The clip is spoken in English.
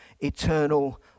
eternal